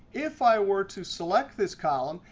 if i were to select this column,